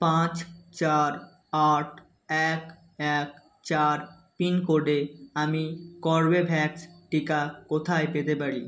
পাঁচ চার আট এক এক চার পিন কোডে আমি কর্বেভ্যাক্স টিকা কোথায় পেতে পারি